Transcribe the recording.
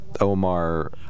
Omar